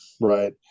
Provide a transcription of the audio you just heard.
Right